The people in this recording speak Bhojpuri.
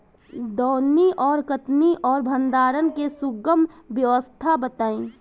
दौनी और कटनी और भंडारण के सुगम व्यवस्था बताई?